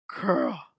girl